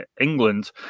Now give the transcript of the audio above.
England